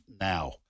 now